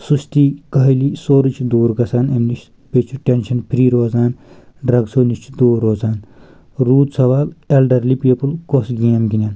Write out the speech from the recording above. سُستی کٲہلی سورُے چھِ دوٗر گژھان امہِ نِش بیٚیہِ چھُ ٹؠنشن فری روزان ڈرٛگسو نِش چھِ دوٗر روزان روٗد سوال ایلڈَرلی پیٖپل کۄس گیم گِنٛدن